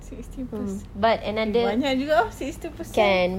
sixty percent banyak juga itu sixty percent